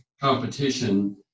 competition